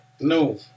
No